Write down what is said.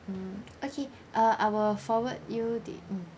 mm okay uh I will forward you the mm